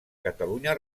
catalunya